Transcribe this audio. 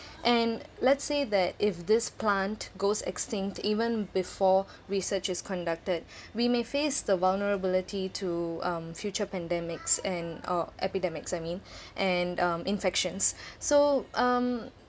and let's say that if this plant goes extinct even before research is conducted we may face the vulnerability to um future pandemics and uh epidemics I mean and um infections so um